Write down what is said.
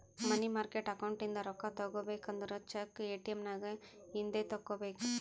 ಮನಿ market account ಇಂದ ರೊಕ್ಕಾ ತಗೋಬೇಕು ಅಂದುರ್ ಚೆಕ್, ಎ.ಟಿ.ಎಮ್ ನಾಗ್ ಇಂದೆ ತೆಕ್ಕೋಬೇಕ್